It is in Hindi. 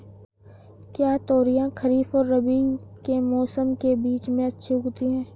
क्या तोरियां खरीफ और रबी के मौसम के बीच में अच्छी उगती हैं?